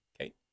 Okay